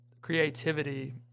creativity